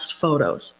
photos